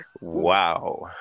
wow